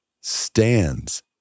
stands